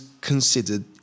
considered